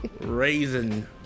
Raisin